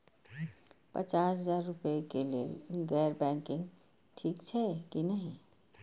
पचास हजार रुपए के लेल गैर बैंकिंग ठिक छै कि नहिं?